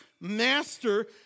master